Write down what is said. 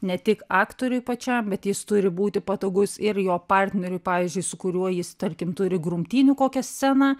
ne tik aktoriui pačiam bet jis turi būti patogus ir jo partneriui pavyzdžiui su kuriuo jis tarkim turi grumtynių kokią sceną